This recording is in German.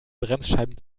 bremsscheiben